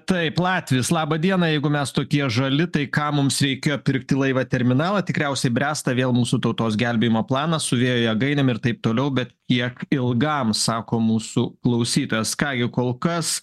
taip latvis laba diena jeigu mes tokie žali tai kam mums reikėjo pirkti laivą terminalą tikriausiai bręsta vėl mūsų tautos gelbėjimo planas su vėjo jėgainėm ir taip toliau bet kiek ilgam sako mūsų klausytojas ką gi kol kas